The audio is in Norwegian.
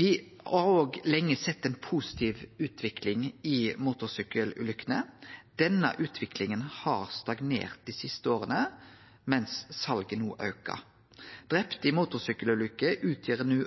Me har òg lenge sett ei positiv utvikling når det gjeld motorsykkelulykkene. Denne utviklinga har stagnert dei siste åra, mens salet no aukar. Drepne i motorsykkelulykker utgjer no